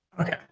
Okay